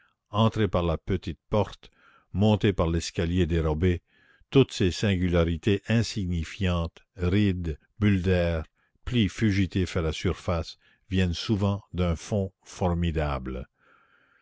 entrer par la petite porte monter par l'escalier dérobé toutes ces singularités insignifiantes rides bulles d'air plis fugitifs à la surface viennent souvent d'un fond formidable